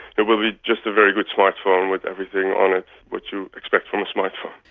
it will be just a very good smart phone with everything on it which you expect from a smart phone.